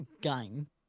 game